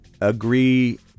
agree